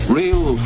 real